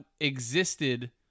existed